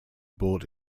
bought